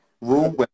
rule